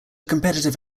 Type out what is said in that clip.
competitive